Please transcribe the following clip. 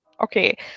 okay